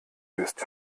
bist